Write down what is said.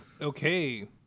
Okay